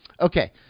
okay